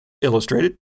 illustrated